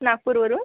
नागपूरवरून